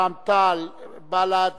רע"ם-תע"ל, בל"ד